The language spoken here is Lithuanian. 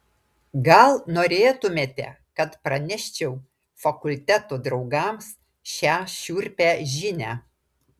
gal norėtumėte kad praneščiau fakulteto draugams šią šiurpią žinią